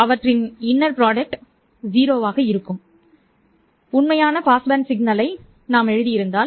உங்களுக்கு நினைவிருந்தால் உண்மையான பாஸ்பேண்ட் சிக்னலை நாங்கள் எழுதியிருந்தோம்